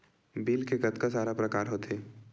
Bill के कतका सारा प्रकार होथे?